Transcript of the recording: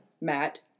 Matt